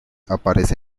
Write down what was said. aparece